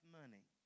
money